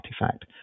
artifact